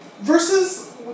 versus